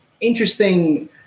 interesting